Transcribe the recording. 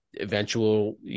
eventual